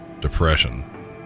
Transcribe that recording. depression